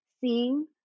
seeing